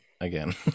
Again